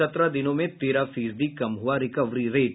सत्रह दिनों में तेरह फीसदी कम हुआ रिकवरी रेट